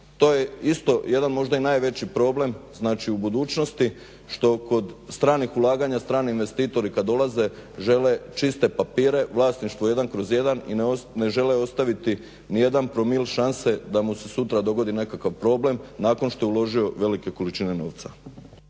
To je isto jedan možda i najveći problem znači u budućnosti što kod stranih ulaganja strani investitori kad ulaze žele čiste papire, vlasništvo 1/1 i ne žele ostaviti nijedan promil šanse da mu se sutra dogodi nekakav problem nakon što je uložio velike količine novca.